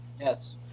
Yes